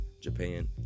Japan